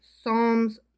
Psalms